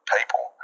people